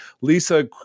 Lisa